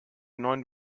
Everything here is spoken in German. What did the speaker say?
neun